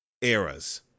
eras